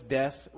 death